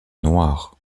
noir